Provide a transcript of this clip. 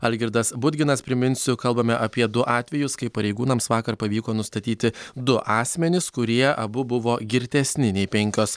algirdas budginas priminsiu kalbame apie du atvejus kai pareigūnams vakar pavyko nustatyti du asmenis kurie abu buvo girtesni nei penkios